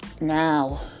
Now